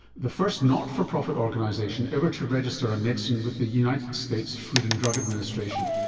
the first not-for-profit organisation ever to register a medicine with the united states food and drug administration.